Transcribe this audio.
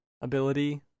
ability